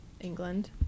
england